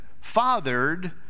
fathered